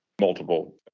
multiple